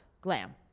glam